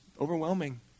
overwhelming